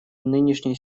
нынешней